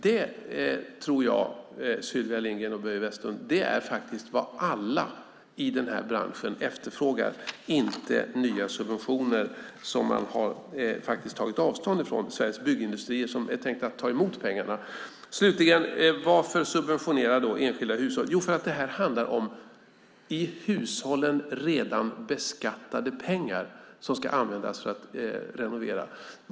Det, Sylvia Lindgren och Börje Vestlund, tror jag är vad alla i den här branschen efterfrågar, inte nya subventioner, som dessutom Sveriges Byggindustrier, som är tänkt att ta emot pengarna, har tagit avstånd från. Varför då subventionera enskilda hushåll? Jo, för att det i hushållen handlar om redan beskattade pengar som ska användas för renovering.